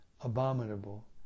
abominable